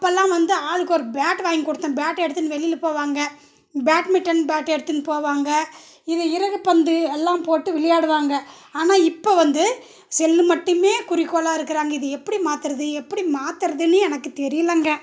அப்போல்லா வந்து ஆளுக்கு ஒரு பேட்டு வாங்கி கொடுத்தேன் பேட் எடுத்துகினு வெளியில் போவாங்க பேட்மிட்டன் பேட் எடுத்துன்னு போவாங்க இது இறகு பந்து எல்லாம் போட்டு விளையாடுவாங்க ஆனால் இப்போ வந்து செல்லு மட்டுமே குறிக்கோளாக இருக்கிறாங்க இது எப்படி மாற்றுறது எப்படி மாற்றுறதுன்னே எனக்கு தெரியிலைங்க